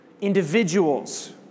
individuals